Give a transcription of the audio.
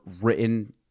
written